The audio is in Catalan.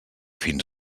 fins